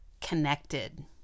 connected